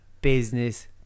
business